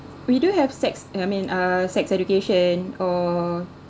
we do have sex I mean uh sex education or